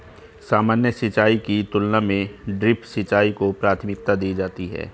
सामान्य सिंचाई की तुलना में ड्रिप सिंचाई को प्राथमिकता दी जाती है